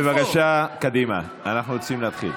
בבקשה, קדימה, אנחנו רוצים להתחיל.